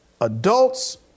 adults